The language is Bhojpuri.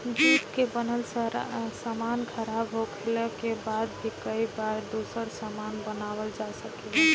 जूट से बनल सामान खराब होखले के बाद भी कई बार दोसर सामान बनावल जा सकेला